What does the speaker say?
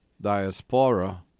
diaspora